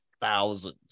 thousands